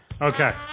Okay